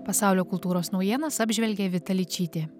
pasaulio kultūros naujienas apžvelgė vita ličytė